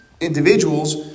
individuals